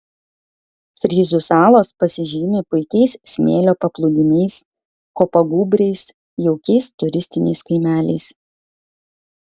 fryzų salos pasižymi puikiais smėlio paplūdimiais kopagūbriais jaukiais turistiniais kaimeliais